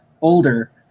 older